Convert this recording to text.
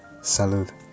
Salud